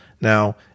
Now